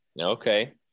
Okay